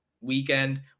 weekend